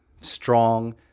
strong